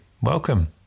welcome